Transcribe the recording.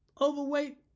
overweight